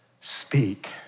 speak